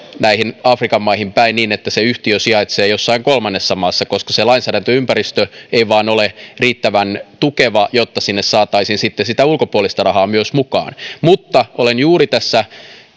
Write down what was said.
näihin afrikan maihin päin niin että se yhtiö sijaitsee jossain kolmannessa maassa koska se lainsäädäntöympäristö ei vain ole riittävän tukeva jotta sinne saataisiin sitten sitä ulkopuolista rahaa myös mukaan mutta olen juuri tässä